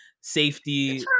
safety